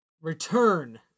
Return